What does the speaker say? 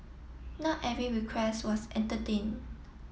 not every request was entertained